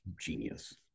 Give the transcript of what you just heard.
genius